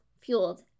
fueled